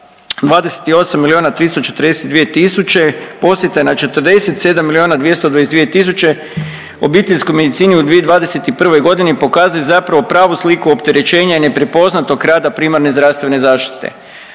342 tisuće posjeta na 47 milijuna 222 tisuće obiteljskoj medicini u 2021.g. pokazuje zapravo pravu sliku opterećenja i neprepoznatog rada primarne zdravstvene zaštite.